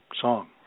song